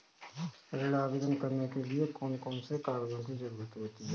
ऋण आवेदन करने के लिए कौन कौन से कागजों की जरूरत होती है?